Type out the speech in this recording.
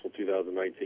2019